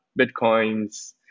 bitcoins